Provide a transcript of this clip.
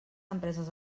empreses